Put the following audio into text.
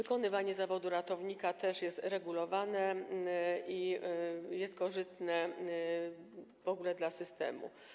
Wykonywanie zawodu ratownika też jest regulowane i jest to korzystne w ogóle dla systemu.